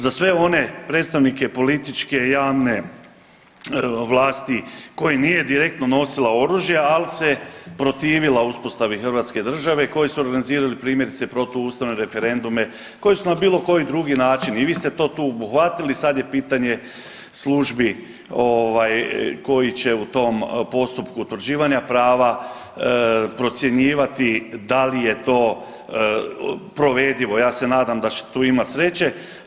Za sve one predstavnike političke, javne vlasti koji nije direktno nosila oružje, ali se protivila uspostavi hrvatske države koji su organizirali, primjerice, protuustavne referendume, koji su na bilo koji drugi način i vi ste to tu obuhvatili, sad je pitanje službi ovaj, koji će u tom postupku utvrđivanja prava procjenjivati da li je to provedivo, ja se nadam da će tu imati sreće.